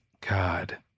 god